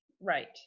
Right